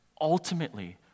ultimately